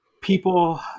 people